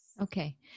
Okay